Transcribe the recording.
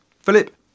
Philip